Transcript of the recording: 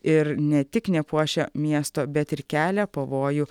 ir ne tik nepuošia miesto bet ir kelia pavojų